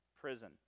Prison